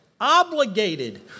obligated